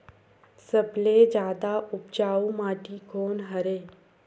सबले जादा उपजाऊ माटी कोन हरे?